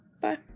Bye